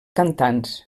cantants